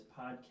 podcast